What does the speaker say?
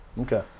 Okay